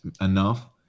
enough